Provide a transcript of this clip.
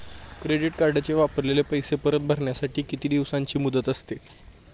Credit कार्डचे वापरलेले पैसे परत भरण्यासाठी किती दिवसांची मुदत असते?